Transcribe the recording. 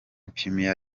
premier